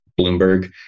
Bloomberg